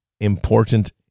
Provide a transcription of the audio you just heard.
important